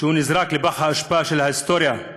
שנזרק לפח האשפה של ההיסטוריה.